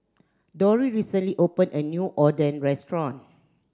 Dori recently opened a new Oden restaurant